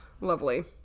lovely